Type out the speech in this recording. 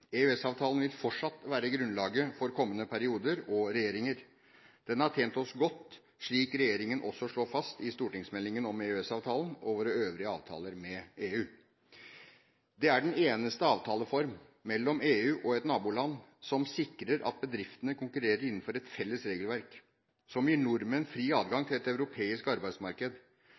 vil fortsatt være grunnlaget for kommende perioder og regjeringer. Den har tjent oss godt, slik regjeringen også slår fast i stortingsmeldingen om EØS-avtalen og våre øvrige avtaler med EU. Det er den eneste avtaleform mellom EU og et naboland som sikrer at bedriftene konkurrerer innenfor et felles regelverk, som gir nordmenn fri adgang til et europeisk arbeidsmarked,